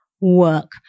Work